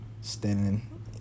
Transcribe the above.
standing